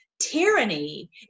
Tyranny